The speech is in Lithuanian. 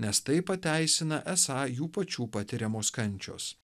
nes tai pateisina esą jų pačių patiriamos kančios